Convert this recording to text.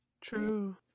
True